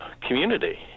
community